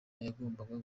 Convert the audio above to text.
yagombaga